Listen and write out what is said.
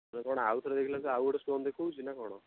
କ'ଣ ଆଉ ଥରେ ଦେଖିଲା କ'ଣ ଆଉ ଗୋଟେ ଷ୍ଟୋନ୍ ଦେଖାଉଛି ନା କ'ଣ